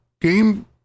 game